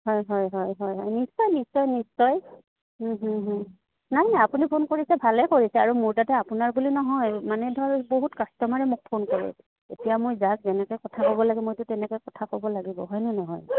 হয় হয় হয় হয় হয় নিশ্চয় নিশ্চয় নিশ্চয় নাই নাই আপুনি ফোন কৰিছে ভালেই কৰিছে আৰু মোৰ তাতে আপোনাৰ বুলি নহয় মানে ধৰক বহুত কাষ্টমাৰে মোক ফোন কৰি এতিয়া মই যাক যেনেকে কথা ক'ব লাগে মইতো তেনেকে কথা ক'ব লাগিব হয়নে নহয়